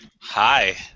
hi